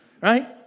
right